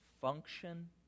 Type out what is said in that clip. function